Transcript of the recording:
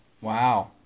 Wow